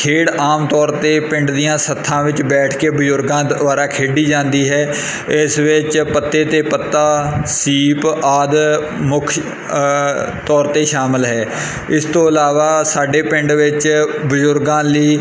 ਖੇਡ ਆਮ ਤੌਰ 'ਤੇ ਪਿੰਡ ਦੀਆਂ ਸੱਥਾਂ ਵਿੱਚ ਬੈਠ ਕੇ ਬਜ਼ੁਰਗਾਂ ਦੁਆਰਾ ਖੇਡੀ ਜਾਂਦੀ ਹੈ ਇਸ ਵਿੱਚ ਪੱਤੇ 'ਤੇ ਪੱਤਾ ਸੀਪ ਆਦਿ ਮੁੱਖ ਤੌਰ 'ਤੇ ਸ਼ਾਮਿਲ ਹੈ ਇਸ ਤੋਂ ਇਲਾਵਾ ਸਾਡੇ ਪਿੰਡ ਵਿੱਚ ਬਜ਼ੁਰਗਾਂ ਲਈ